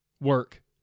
work